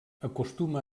acostuma